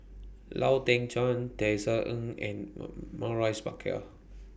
Lau Teng Chuan Tisa Ng and Maurice Baker